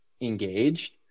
engaged